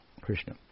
Krishna